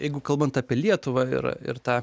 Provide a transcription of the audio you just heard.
jeigu kalbant apie lietuvą ir ir tą